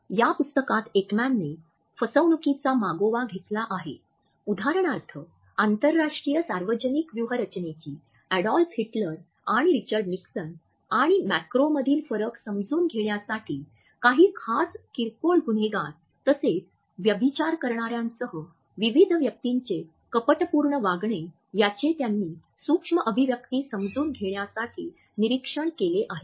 या पुस्तकात एकमॅनने फसवणूकीचा मागोवा घेतला आहे उदाहरणार्थ आंतरराष्ट्रीय सार्वजनिक व्यूहरचनेची एडॉल्फ हिटलर आणि रिचर्ड निक्सन आणि मॅक्रोमधील फरक समजून घेण्यासाठी काही खास किरकोळ गुन्हेगार तसेच व्यभिचार करणार्यांसह विविध व्यक्तींचे कपटपूर्ण वागणे याचे त्यांनी सूक्ष्म अभिव्यक्ति समजून घेण्यासाठी निरीक्षण केले आहे